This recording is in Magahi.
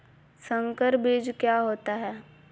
संकर बीज क्या होता है?